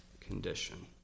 condition